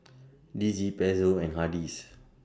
D C Pezzo and Hardy's